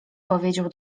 powiedział